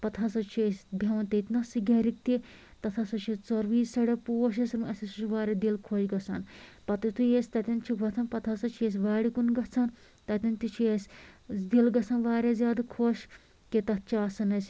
پَتہٕ ہسا چھِ أسۍ بیٚہوان تٔتۍ نَسٕے گھرِکۍ تہِ تَتھ ہسا چھِ ژورؤیی سایڈو پوش اسہِ ہسا چھُ واریاہ دل خۄش گژھان پَتہٕ یِتھُے أسۍ تتیٚن چھِ وۄتھان پتہٕ ہسا چھِ أسۍ وارِ کُن گژھان تَتیٚن تہِ چھُ اسہِ دِل گژھان واریاہ زیادٕ خۄش کہِ تَتھ چھِ آسان اسہِ